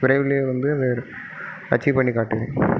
விரைவிலே வந்து அதை அச்சீவ் பண்ணி காட்டுவேன்